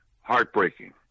heartbreaking